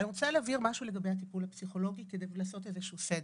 אני רוצה להבהיר לגבי הטיפול הפסיכולוגי ולעשות סדר.